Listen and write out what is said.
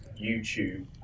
YouTube